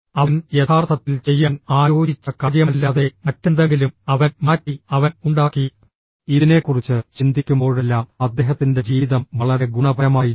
അവൻ യഥാർത്ഥത്തിൽ ചെയ്യാൻ ആലോചിച്ച കാര്യമല്ലാതെ മറ്റെന്തെങ്കിലും അവൻ മാറ്റി അവൻ ഉണ്ടാക്കി ഇതിനെക്കുറിച്ച് ചിന്തിക്കുമ്പോഴെല്ലാം അദ്ദേഹത്തിന്റെ ജീവിതം വളരെ ഗുണപരമായിരുന്നു